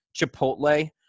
chipotle